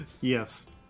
Yes